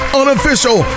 unofficial